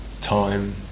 time